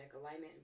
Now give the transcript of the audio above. alignment